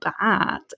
bad